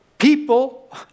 People